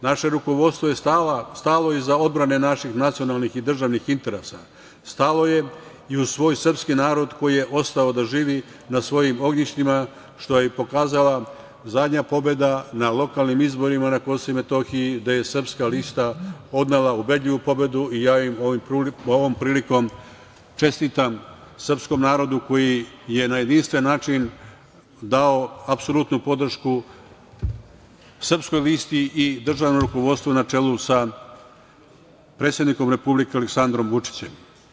Naše rukovodstvo je stalo iza odbrane naših nacionalnih i državnih interesa, stalo je i uz svoj srpski narod koji je ostao da živi na svojim ognjištima što je i pokazala zadnja pobeda na lokalnim izborima na Kosovu i Metohiji, a gde je Srpska lista odnela ubedljivu pobedu i ja ovom prilikom čestitam srpskom narodu koji je na jedinstven način dao apsolutnu podršku Srpskoj listi i državnom rukovodstvu na čelu sa predsednikom Republike Aleksandrom Vučićem.